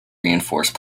reinforced